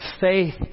faith